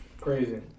Crazy